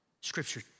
Scripture